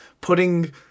putting